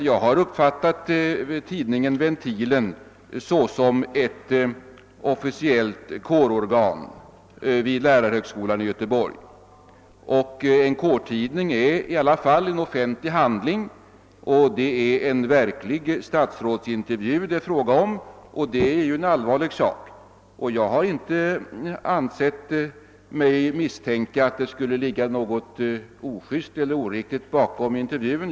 Jag har uppfattat tidningen Ventilen såsom ett officiellt kårorgan vid lärarhögskolan i Göteborg. En kårtidning är i alla fall en offentlig handling, och det är fråga om en verklig statsrådsintervju. Det är alltså en allvarlig sak. Jag har inte ansett mig böra misstänka att det skulle kunna ligga något ojust eller oriktigt i intervjun.